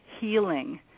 healing